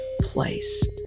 place